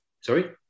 Sorry